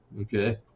Okay